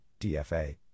DFA